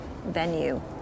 venue